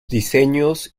diseños